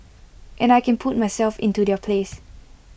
and I can put myself into their place